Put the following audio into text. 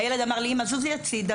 הילד אמר לי, אימא, זוזי הצידה.